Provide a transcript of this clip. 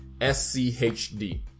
schd